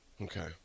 Okay